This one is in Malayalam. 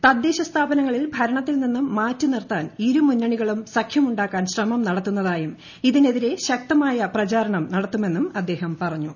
പിയെ തദ്ദേശ സ്ഥാപനങ്ങളിലെ ഭരണത്തിൽ നിന്നും മാറ്റി നിർത്താൻ ഇരു മുന്നണികളും സഖ്യമുണ്ടാക്കാൻ ശ്രമം നടക്കുന്നതായും ഇതിനെതിരെ ശക്തമായ പ്രചാരണം നടത്തുമെന്നും അദ്ദേഹം പറഞ്ഞു